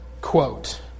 quote